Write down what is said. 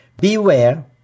Beware